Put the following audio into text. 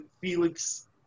Felix